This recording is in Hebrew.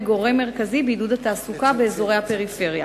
גורם מרכזי בעידוד התעסוקה באזורי הפריפריה.